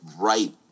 right